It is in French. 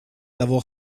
avoir